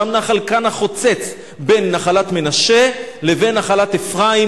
שם נחל קנה חוצץ בין נחלת מנשה לבין נחלת אפרים,